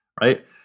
right